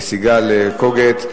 לסיגל קוגוט,